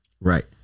Right